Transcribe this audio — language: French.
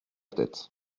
tête